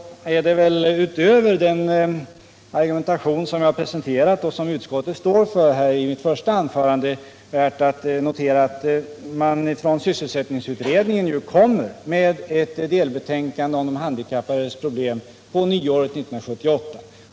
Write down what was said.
Utöver den argumentation som jag presenterade i mitt första anförande och som utskottet står för är då att notera att sysselsättningsutredningen kommer med ett delbetänkande om de handikappades problem på nyåret 1978.